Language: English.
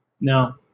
No